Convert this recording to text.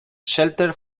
shelter